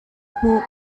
hmuh